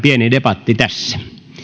pieni debatti tässä